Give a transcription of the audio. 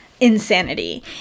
insanity